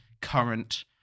current